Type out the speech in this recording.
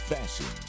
Fashion